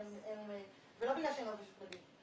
והתיק לא נחקר כמו שצריך ולא נפתח תיק.